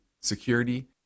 security